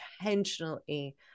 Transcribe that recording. intentionally